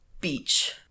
Beach